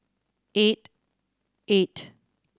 eight eight